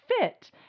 fit